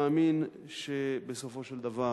מאמין שבסופו של דבר,